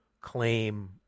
claim